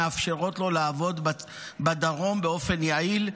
זה מאפשר לו לעבוד בדרום באופן יעיל.